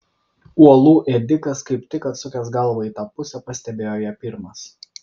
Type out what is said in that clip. uolų ėdikas kaip tik atsukęs galvą į tą pusę pastebėjo ją pirmas